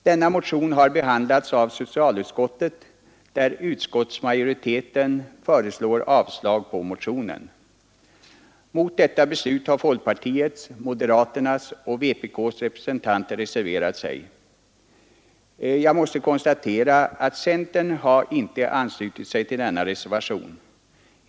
Denna motion har behandlats av socialutskottet, där utskottsmajoriteten föreslår avslag på motionen. Mot detta beslut har folkpar tiets, moderaternas och vpk:s representanter reserverat sig. Jag måste konstatera att centern inte har anslutit sig till denna reservation.